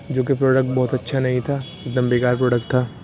جو کہ پروڈکٹ بہت اچھا نہیں تھا ایک دم بیکار پروڈکٹ تھا